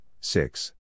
six